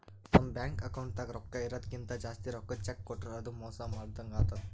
ನಮ್ ಬ್ಯಾಂಕ್ ಅಕೌಂಟ್ದಾಗ್ ರೊಕ್ಕಾ ಇರದಕ್ಕಿಂತ್ ಜಾಸ್ತಿ ರೊಕ್ಕದ್ ಚೆಕ್ಕ್ ಕೊಟ್ರ್ ಅದು ಮೋಸ ಮಾಡದಂಗ್ ಆತದ್